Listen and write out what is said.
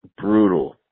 brutal